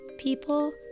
people